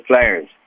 players